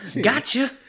Gotcha